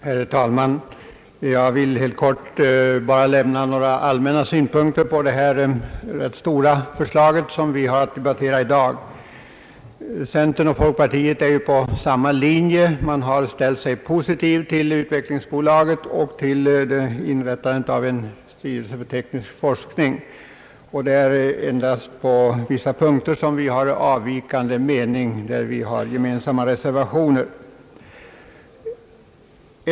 Herr talman! Jag vill helt kortfattat framföra några allmänna synpunkter på det rätt omfattande förslag som vi nu har att debattera. Centerpartiet och folkpartiet är av samma uppfattning och har ställt sig positiva till utvecklings bolaget och till inrättandet av en styrelse för teknisk forskning. Det är endast på vissa punkter som vi har en från utskottsmajoriteten skild uppfattning, och vi har där avgivit gemensamma reservationer.